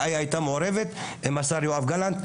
ואיה הייתה מעורבת עם השר יואב גלנט.